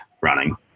running